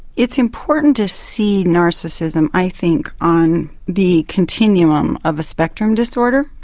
it's important to see narcissism i think on the continuum of a spectrum disorder.